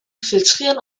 filtrieren